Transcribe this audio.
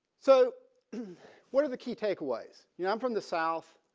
so what are the key takeaways. you know i'm from the south.